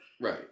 Right